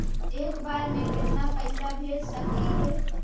एक बार मे केतना पैसा भेज सकली हे?